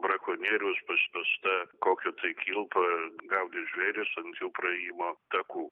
brakonieriaus paspęsta kokia tai kilpa gaudyt žvėris ant jų praėjimo takų